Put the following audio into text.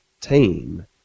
team